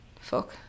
Fuck